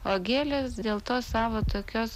o gėlės dėl to savo tokios